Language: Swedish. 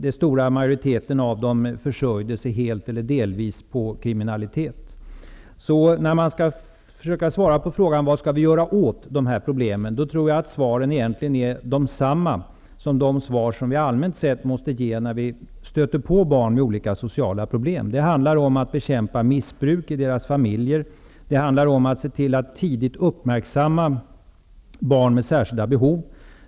Den stora majoriteten av dem försörjde sig helt eller delvis på kriminalitet. Men när man skall försöka svara på frågan vad vi skall göra åt dessa problem, tror jag att svaret egentligen blir detsamma som det som vi allmänt sett måste ge när vi stöter på barn med olika sociala problem. Det handlar om att bekämpa missbruk i deras familjer, se till att tidigt uppmärksamma deras särskilda behov.